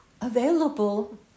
available